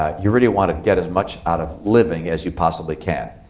ah you really want to get as much out of living as you possibly can.